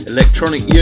Electronic